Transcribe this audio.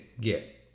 get